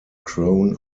crown